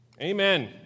Amen